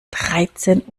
dreizehn